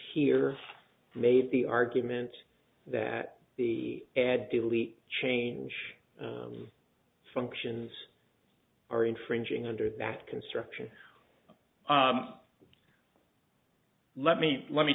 here made the argument that the add delete change functions are infringing under that construction let me let me